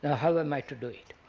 ah how am i to do it?